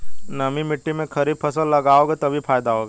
नमी मिट्टी में खरीफ फसल लगाओगे तभी फायदा होगा